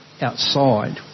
outside